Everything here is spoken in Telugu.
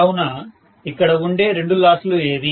కావున ఇక్కడ ఉండే రెండు లాస్ లు ఏవి